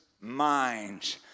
minds